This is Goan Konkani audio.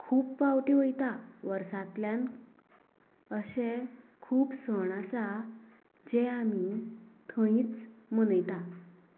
खूब पावटी वतात वर्सांतल्यान अशें खूब सण आसा जे आमी थंयच मनयतात